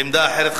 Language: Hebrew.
עמדה אחרת,